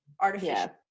Artificial